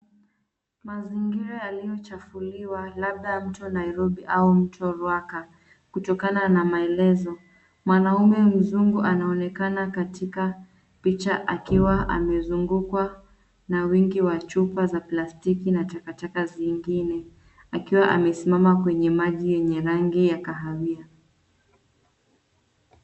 Mazingira yaliyochafuliwa labda mto Nairobi au mto Rwaka kutokana na maelezo. Mwanaume mzungu anaonekana katika picha akiwa amezungukwa na wingi wa chupa za plastiki na takataka zingine akiwa amesimama kwenye maji yenye rangi ya kahawia.